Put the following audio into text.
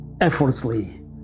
effortlessly